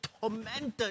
tormented